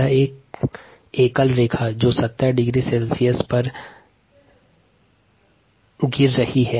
यहाँ ग्राफ में एकल रेखा है जो 70 डिग्री सेल्सियस पर कम होती है